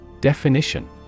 Definition